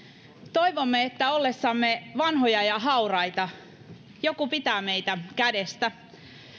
toivomme että ollessamme vanhoja ja hauraita joku pitää meitä kädestä